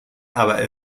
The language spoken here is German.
aber